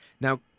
Now